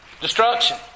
Destruction